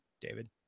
David